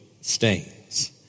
stains